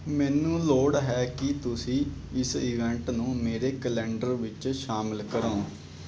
ਮੈਨੂੰ ਲੋੜ ਹੈ ਕਿ ਤੁਸੀਂ ਇਸ ਇਵੈਂਟ ਨੂੰ ਮੇਰੇ ਕੈਲੰਡਰ ਵਿੱਚ ਸ਼ਾਮਲ ਕਰੋ